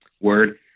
word